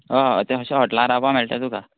अ थंय अशें हॉट्ला रावपा मेळटा तुका